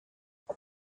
and